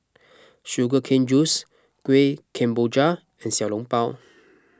Sugar Cane Juice Kueh Kemboja and Xiao Long Bao